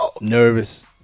Nervous